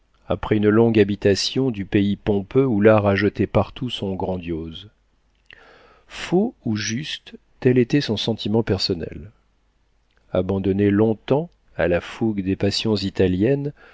après une longue habitation du pays pompeux où l'art a jeté partout son grandiose faux ou juste tel était son sentiment personnel abandonné longtemps à la fougue des passions italiennes